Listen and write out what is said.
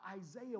Isaiah